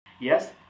Yes